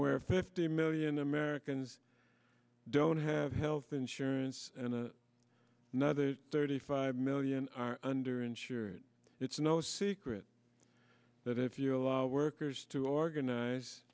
where fifty million americans don't have health insurance and another thirty five million are under insured it's no secret that if you allow workers to organize